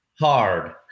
hard